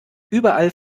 überall